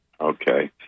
Okay